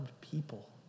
people